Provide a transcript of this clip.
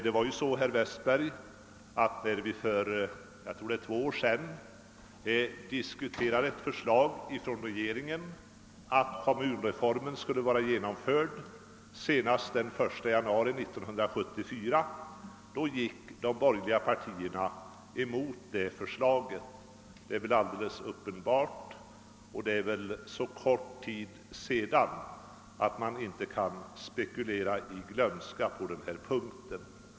När vi för två år sedan, herr Westberg, diskuterade ett förslag från regeringen ait kommunreformen skulle vara genomförd senast 1 januari 1974, motsatte sig de borgerliga partierna detta förslag. Det var alldeles uppenbart, och det är väl så kort tid sedan att man inte kan spekulera i glömska på den punkten.